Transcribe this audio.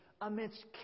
amidst